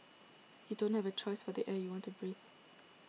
you don't have a choice for the air you want to breathe